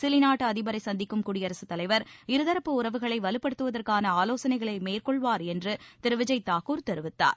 Chile நாட்டு அதிபரை சந்திக்கும் குடியரசுத் தலைவர் இருதரப்பு உறவுகளை வலுபடுத்தவதற்கான ஆலோசனைகளை மேற்கொள்வார் என்று திரு விஜய் தாக்கூர் தெரிவித்தார்